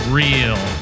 real